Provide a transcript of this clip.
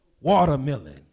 watermelon